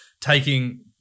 taking